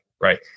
right